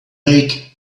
make